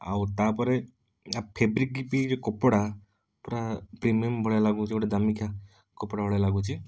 ଆଉ ତା'ପରେ ୟା ଫେବ୍ରିକ୍ ବି କପଡ଼ା ପୁରା ପ୍ରିମିୟମ୍ ଭଳିଆ ଲାଗୁଛି ଗୋଟେ ଦାମିକିଆ କପଡ଼ା ଭଳିଆ ଲାଗୁଛି